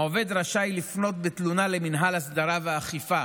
העובד רשאי לפנות בתלונה למינהל הסדרה ואכיפה